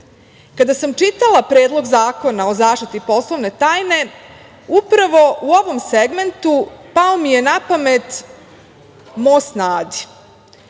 lica. Kada sam čitala Predlog zakona o zaštiti poslovne tajne, upravo u ovom segmentu pao mi je na pamet Most na Adi.